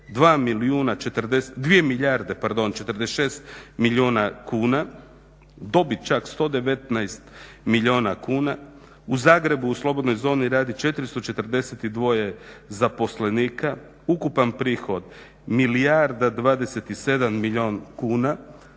2 milijarde, pardon, 46 milijuna kuna, dobit čak 119 milijuna kuna. U Zagrebu u slobodnoj zoni radi 442 zaposlenika, ukupan prihod milijarda 27 milijuna kuna,